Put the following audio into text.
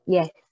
Yes